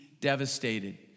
Devastated